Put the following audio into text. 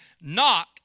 Knock